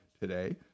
today